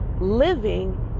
living